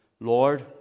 Lord